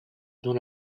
dans